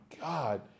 God